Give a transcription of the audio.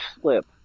slip